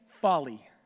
Folly